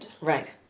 Right